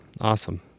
Awesome